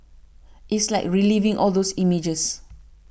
it's like reliving all those images